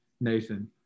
Nathan